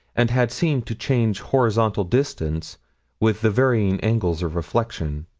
and had seemed to change horizontal distance with the varying angles of reflection,